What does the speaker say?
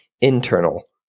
internal